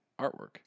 artwork